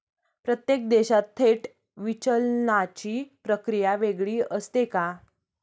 प्रत्येक देशात थेट विचलनाची प्रक्रिया वेगळी असते का?